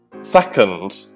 Second